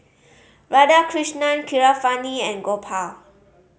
Radhakrishnan Keeravani and Gopal